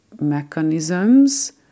mechanisms